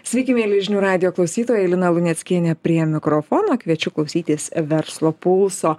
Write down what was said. sveiki mieli žinių radijo klausytoja lina luneckienė prie mikrofono kviečiu klausytis verslo pulso